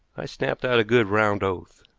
i snapped out a good round oath.